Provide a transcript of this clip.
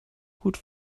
gut